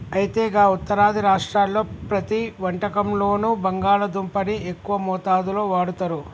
అయితే గా ఉత్తరాది రాష్ట్రాల్లో ప్రతి వంటకంలోనూ బంగాళాదుంపని ఎక్కువ మోతాదులో వాడుతారు